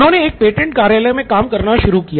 उन्होंने एक पेटेंट कार्यालय में काम करना शुरू किया